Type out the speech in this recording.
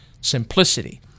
simplicity